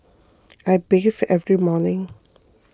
I bathe every morning